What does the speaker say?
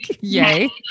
Yay